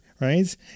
right